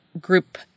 group